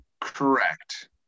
Correct